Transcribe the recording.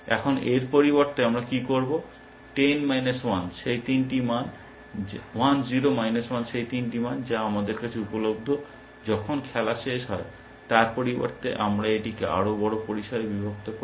এখন এর পরিবর্তে আমরা কী করব 1 0 মাইনাস 1 সেই তিনটি মান যা আমাদের কাছে উপলব্ধ যখন খেলা শেষ হয় তার পরিবর্তে আমরা এটিকে আরও বড় পরিসরে বিভক্ত করি